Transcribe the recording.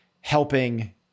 helping